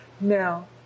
Now